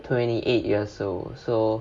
twenty eight years old so